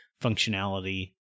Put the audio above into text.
functionality